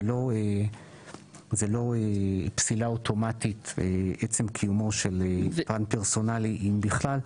זה לא פסילה אוטומטית עצם קיומו של פן פרסונלי אם בכלל,